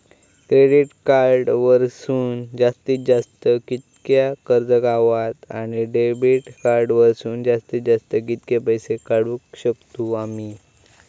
Credit card वरसून जास्तीत जास्त कितक्या कर्ज गावता, आणि डेबिट कार्ड वरसून जास्तीत जास्त कितके पैसे काढुक शकतू आम्ही?